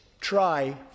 try